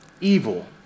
evil